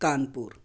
Kanpur